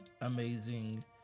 amazing